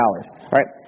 right